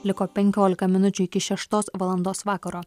liko penkiolika minučių iki šeštos valandos vakaro